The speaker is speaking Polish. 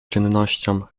czynnością